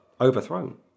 overthrown